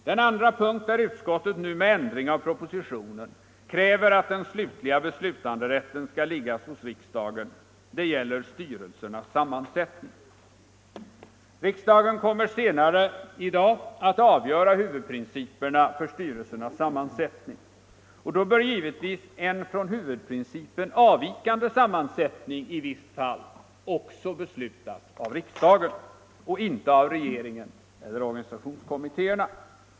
Den andra punkt där utskottet nu med ändring av propositionen kräver att den slutliga beslutanderätten skall ligga hos riksdagen gäller styrelsernas sammansättning. Riksdagen kommer senare i dag att avgöra huvudprinciperna för styrelsernas sammansättning, och då bör givetvis en från huvudprincipen avvikande sammansättning i visst fall också beslutas av riksdagen och inte av regeringen och organisationskommittéerna.